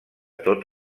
tot